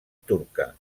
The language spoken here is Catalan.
turca